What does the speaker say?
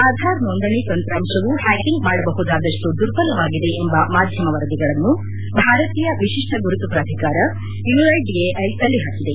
ಆಧಾರ್ ನೋಂದಣಿ ತಂತ್ರಾಂಶವು ಹ್ಯಾಕಿಂಗ್ ಮಾಡಬಹುದಾದಷ್ಟು ದುರ್ಬಲವಾಗಿದೆ ಎಂಬ ಮಾಧ್ವಮ ವರದಿಗಳನ್ನು ಭಾರತೀಯ ವಿಶಿಷ್ಟ ಗುರುತು ಪ್ರಾಧಿಕಾರ ಯುಐಡಿಎಐ ತಳ್ಳಹಾಕಿದೆ